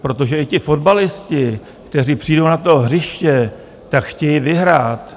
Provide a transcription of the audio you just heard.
Protože i ti fotbalisté, kteří přijdou na to hřiště, tak chtějí vyhrát.